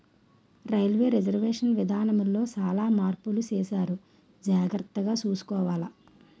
railway reservation విధానములో సాలా మార్పులు సేసారు జాగర్తగ సూసుకోవాల